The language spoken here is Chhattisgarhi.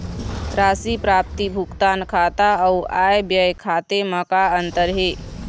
राशि प्राप्ति भुगतान खाता अऊ आय व्यय खाते म का अंतर हे?